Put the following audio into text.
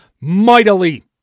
mightily